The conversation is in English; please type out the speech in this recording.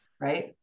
right